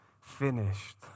finished